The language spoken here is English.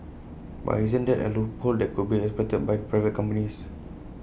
but isn't that A loophole that could be exploited by private companies